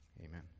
amen